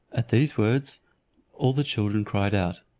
at these words all the children cried out,